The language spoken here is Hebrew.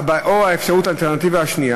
או, האלטרנטיבה השנייה